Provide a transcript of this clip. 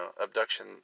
abduction